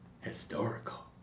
historical